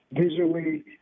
visually